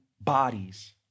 bodies